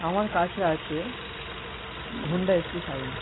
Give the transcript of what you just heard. আমার কাছে আছে হোন্ডা এস পি সাইন